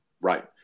Right